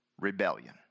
rebellion